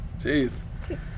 Jeez